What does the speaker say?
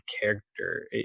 character